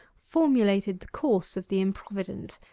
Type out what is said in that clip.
formulated the course of the improvident,